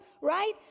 right